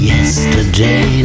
Yesterday